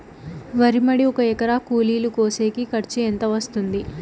వరి మడి ఒక ఎకరా కూలీలు కోసేకి ఖర్చు ఎంత వస్తుంది?